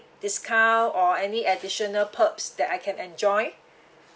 discount or any additional perks that I can enjoy